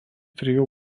trijų